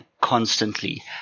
constantly